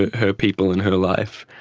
her people in her life,